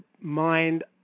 mind